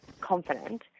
confident